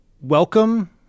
welcome